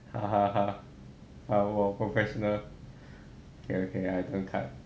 我 professional okay okay I don't cut